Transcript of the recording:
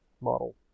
model